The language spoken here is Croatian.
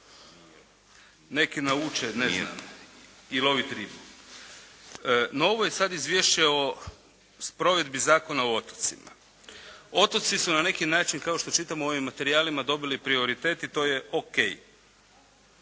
neki nauče i lovit ribu. No, ovo je sad izvješće o sprovedbi Zakona o otocima. Otoci su na neki način kao što čitamo u ovim materijalima dobili prioritet i to je ok.